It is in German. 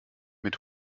mit